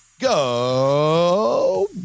go